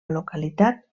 localitat